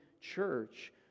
church